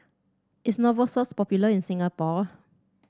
is Novosource popular in Singapore